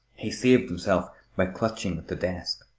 he saved himself by clutching at the desk.